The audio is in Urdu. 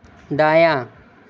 دایاں